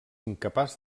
incapaç